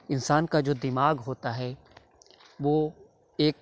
انسان کا جو دماغ ہوتا ہے وہ ایک